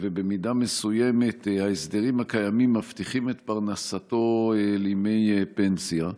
ובמידה מסוימת ההסדרים הקיימים מבטיחים את פרנסתו לימי פנסיה,